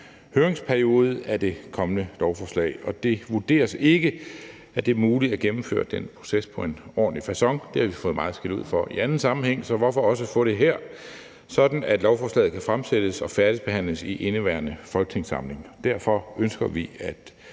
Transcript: høringsperiode af det kommende lovforslag. Det vurderes ikke, at det er muligt at gennemføre den proces på en ordentlig facon – det har vi fået meget skældud for i anden sammenhæng, så hvorfor også få det her? – sådan at lovforslaget kan fremsættes og færdigbehandles i indeværende folketingssamling. Derfor ønsker vi at